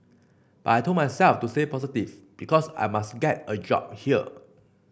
but I told myself to stay positive because I must get a job here